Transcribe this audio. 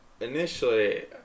initially